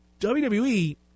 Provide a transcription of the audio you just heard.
WWE